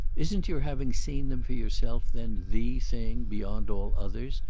isn't your having seen them for yourself then the thing, beyond all others,